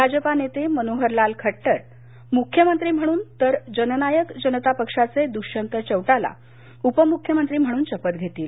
भाजपा नेते मनोहरलाल खट्टर मुख्यमंत्री म्हणून तर जननायक जनता पक्षाचे दुष्यंत चौटाला उप मुख्यमंत्री म्हणून शपथ घेतील